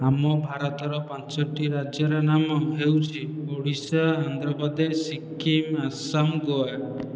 ଆମ ଭାରତର ପାଞ୍ଚଟି ରାଜ୍ୟର ନାମ ହେଉଛି ଓଡ଼ିଶା ଆନ୍ଧ୍ରପ୍ରଦେଶ ସିକ୍କିମ ଆସାମ ଗୋଆ